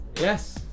Yes